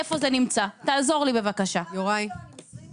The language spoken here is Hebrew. תעזור לי בבקשה ותפנה אותי איפה זה נמצא.